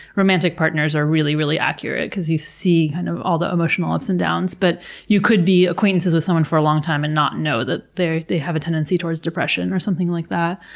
romantic partners are really, really accurate cause you see, kind of, all the emotional ups and downs, but you could be acquaintances with someone for a long time and not know that they they have a tendency towards depression or something like that.